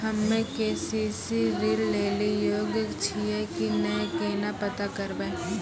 हम्मे के.सी.सी ऋण लेली योग्य छियै की नैय केना पता करबै?